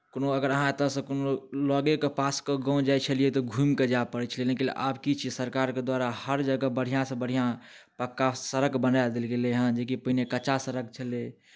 कोनो अगर अहाँ एतयसँ कोनो लगेके पासके गाम जाइत छलियै तऽ घुमि कऽ जाय पड़ैत छलै लेकिन आब की छियै सरकारके द्वारा हर जगह बढ़िआँसँ बढ़िआँ पक्का सड़क बना देल गेलैहँ जेकि पहिने कच्चा सड़क छलै